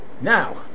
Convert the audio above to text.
now